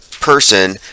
person